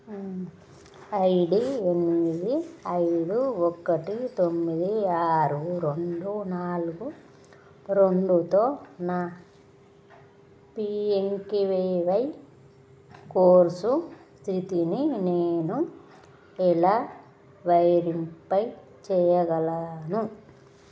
I D ఎనిమిది ఐదు ఒకటి తొమ్మిది ఆరు రెండు నాలుగు రెండుతో నా P M K V Y course స్థితిని నేను ఎలా వైరిఫై చేయగలను